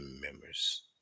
members